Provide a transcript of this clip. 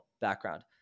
background